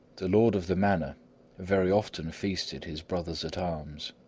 the lord of the manor very often feasted his brothers-at-arms,